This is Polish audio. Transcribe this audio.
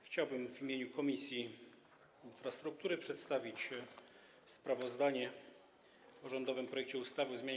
Chciałbym w imieniu Komisji Infrastruktury przedstawić sprawozdanie o rządowym projekcie ustawy o zmianie